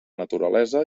naturalesa